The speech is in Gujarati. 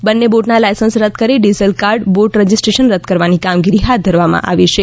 બન્ને બોટના લાયસન્સ રદ કરી ડીઝલ કાર્ડ બોટ રજિસ્ટ્રેશન રદ કરવાની કામગીરી હાથ ધરવામાં આવી છે